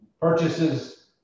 purchases